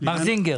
מר זינגר?